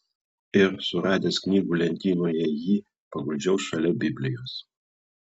ir suradęs knygų lentynoje jį pasiguldžiau šalia biblijos